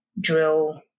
drill